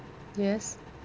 yes